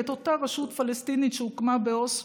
את אותה רשות פלסטינית שהוקמה באוסלו,